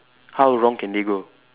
how wrong can they go